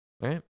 Right